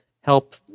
help